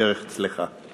דרך צלחה.